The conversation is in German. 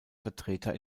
vertreter